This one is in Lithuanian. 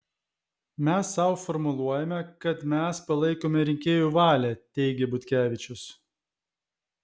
mes sau formuluojame kad mes palaikome rinkėjų valią teigė butkevičius